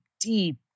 deep